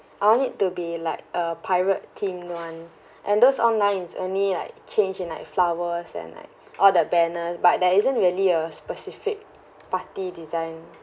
I want it to be like a pirate king one and those onlines is only like change in like flowers and like all the banners but there isn't really a specific party design